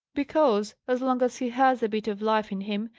because, as long as he has a bit of life in him,